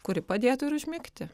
kuri padėtų ir užmigti